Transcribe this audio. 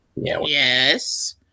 Yes